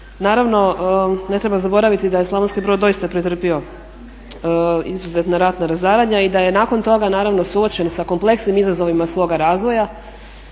naravno ne treba zaboraviti da je Slavonski Brod doista pretrpio izuzetna ratna razaranja i da je nakon toga naravno suočen sa kompleksnim izazovima svoga razvoja